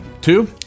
two